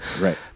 Right